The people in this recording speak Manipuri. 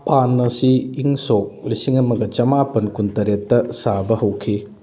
ꯄꯥꯟ ꯑꯁꯤ ꯏꯪ ꯁꯣꯛ ꯂꯤꯁꯤꯡ ꯑꯃꯒ ꯆꯃꯥꯄꯟ ꯀꯨꯟꯇꯔꯦꯠꯇ ꯁꯥꯕ ꯍꯧꯈꯤ